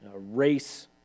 race